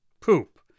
poop